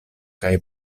kaj